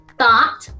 thought